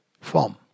form